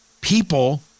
People